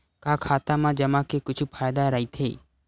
का खाता मा जमा के कुछु फ़ायदा राइथे?